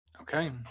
Okay